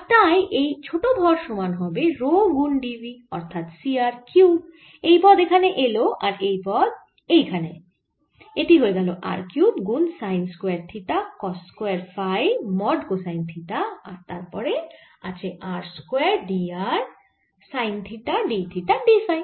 আর তাই এই ছোট ভর সমান হবে রো গুন d v অর্থাৎ C r কিউব এই পদ এখানে এলো আর এই পদ এলো এখানে এটি হয়ে গেল r কিউব গুন sine square theta cos square phi mod cosine theta আর তারপর আছে r square d r sine theta d theta d phi